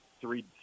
three